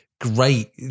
great